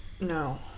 No